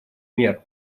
мер